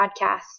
podcast